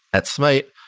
at smyte,